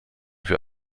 für